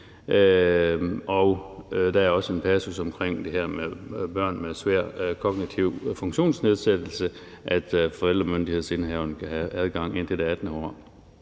Der er også en passus om det her med børn med svær kognitiv funktionsnedsættelse, og at forældremyndighedsindehaveren kan have adgang indtil det 18. år.